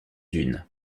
dunes